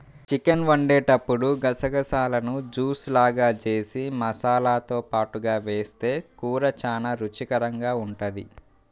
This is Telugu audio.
చికెన్ వండేటప్పుడు గసగసాలను జూస్ లాగా జేసి మసాలాతో పాటుగా వేస్తె కూర చానా రుచికరంగా ఉంటది